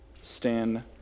Stand